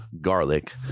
garlic